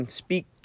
speak